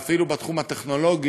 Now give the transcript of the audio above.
ואפילו בתחום הטכנולוגי,